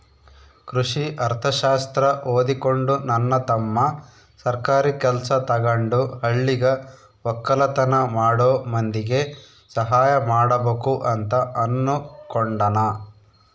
ಕೃಷಿ ಅರ್ಥಶಾಸ್ತ್ರ ಓದಿಕೊಂಡು ನನ್ನ ತಮ್ಮ ಸರ್ಕಾರಿ ಕೆಲ್ಸ ತಗಂಡು ಹಳ್ಳಿಗ ವಕ್ಕಲತನ ಮಾಡೋ ಮಂದಿಗೆ ಸಹಾಯ ಮಾಡಬಕು ಅಂತ ಅನ್ನುಕೊಂಡನ